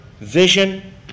vision